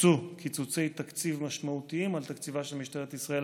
הושתו קיצוצי תקציב משמעותיים על תקציבה של משטרת ישראל,